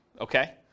okay